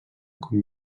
com